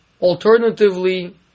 Alternatively